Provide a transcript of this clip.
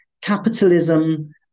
capitalism